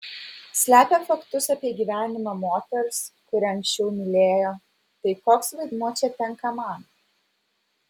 slepia faktus apie gyvenimą moters kurią anksčiau mylėjo tai koks vaidmuo čia tenka man